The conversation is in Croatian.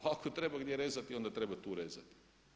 A ako treba gdje rezati onda treba tu rezati.